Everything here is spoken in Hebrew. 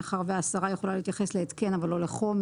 מאחר שהסרה יכולה להתייחס להתקן אבל לא לחומר.